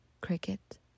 cricket